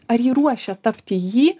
ar ji ruošia tapti jį